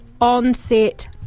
on-set